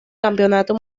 campeonato